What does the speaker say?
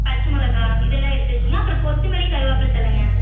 பச்சை மிளகா இதெல்லாம் எடுத்து வச்சுடுங்கண்ணா அப்புறம் கொத்தமல்லி கருவேப்பிலை தழைங்க